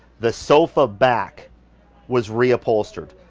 the sofa back was rhea postered.